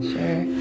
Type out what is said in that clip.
Sure